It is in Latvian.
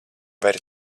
vari